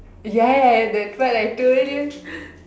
ya ya ya that part I told you